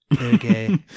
Okay